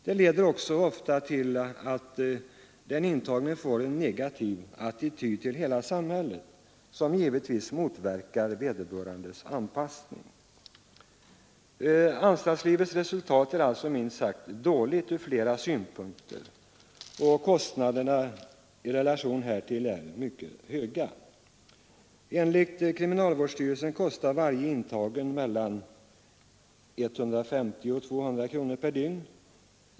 Det leder ofta till att den intagne får en negativ attityd till hela samhället som givetvis motverkar vederbörandes anpassning. Anstaltslivets resultat är minst sagt dåliga från flera synpunkter, och kostnaderna i relation härtill är mycket höga. Enligt kriminalvårdsstyrelsen kostar varje intagen mellan 150 och 200 kronor per dygn.